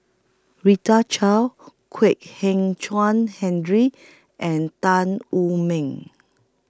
Rita Chao Kwek Hian Chuan Henry and Tan Wu Meng